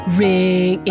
ring